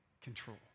control